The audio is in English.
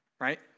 right